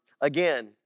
Again